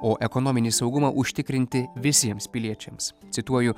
o ekonominį saugumą užtikrinti visiems piliečiams cituoju